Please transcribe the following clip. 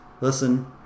Listen